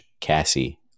Cassie